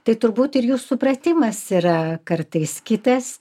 tai turbūt ir jų supratimas yra kartais kitas